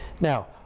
Now